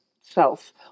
self